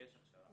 יש הכשרה.